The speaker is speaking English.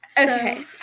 Okay